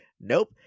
nope